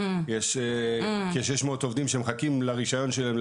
יש כ-600 עובדים שמחכים לרשיון שלהם,